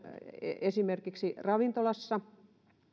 esimerkiksi jossain ravintolassa